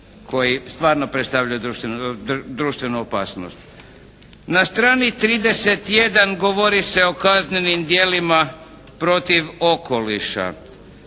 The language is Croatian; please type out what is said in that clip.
Na strani 31. govori se o kaznenim djelima protiv okoliša.